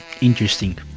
interesting